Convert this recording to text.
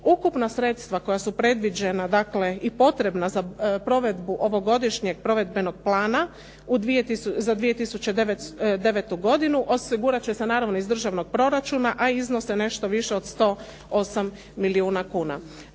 Ukupna sredstva koja su predviđena, dakle i potrebna za provedbu ovogodišnjeg provedbenog plana za 2009. godinu osigurat će se naravno iz državnog proračuna, a iznose nešto više od 108 milijuna kuna.